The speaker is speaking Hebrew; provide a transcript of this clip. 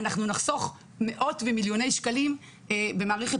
אנחנו נחסוך מאות ומיליוני שקלים במערכת